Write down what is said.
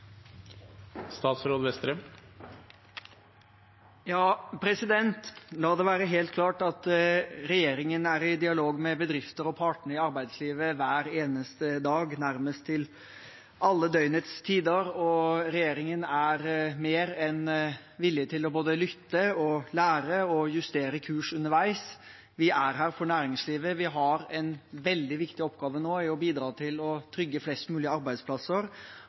i dialog med bedrifter og partene i arbeidslivet hver eneste dag, nærmest til alle døgnets tider, og regjeringen er mer enn villig til både å lytte, lære og justere kurs underveis. Vi er her for næringslivet. Vi har en veldig viktig oppgave nå i å bidra til å trygge flest mulig arbeidsplasser